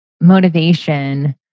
motivation